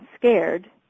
scared